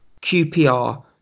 QPR